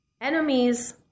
enemies